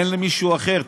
אין מישהו אחר.